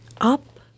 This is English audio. up